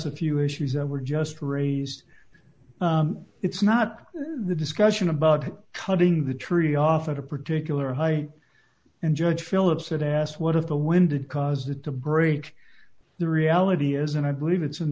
a few issues that were just raised it's not the discussion about cutting the tree off at a particular high end judge phillips it asked what if the when did cause it to break the reality is and i believe it's in